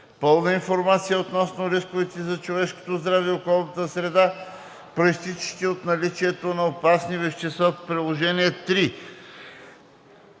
пълна информация относно рисковете за човешкото здраве и околната среда, произтичащи от наличието на опасни вещества по приложение №